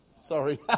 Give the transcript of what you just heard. Sorry